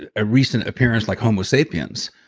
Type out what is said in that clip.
and a recent appearance like homo sapiens,